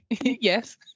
Yes